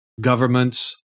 governments